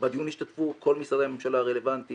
בדיון השתתפו כל משרדי הממשלה הרלוונטיים,